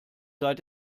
seit